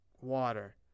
water